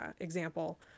example